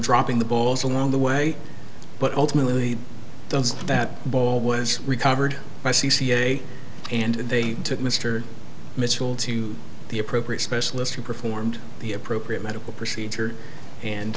dropping the balls along the way but ultimately that ball was recovered by c c a and they took mr mitchell to the appropriate specialist who performed the appropriate medical procedure